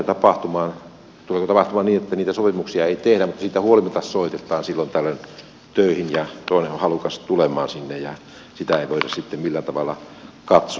tuleeko tapahtumaan niin että niitä sopimuksia ei tehdä mutta siitä huolimatta soitetaan silloin tällöin töihin ja toinen on halukas tulemaan sinne ja sitä ei voida sitten millään tavalla valvoa tai muuta